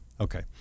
Okay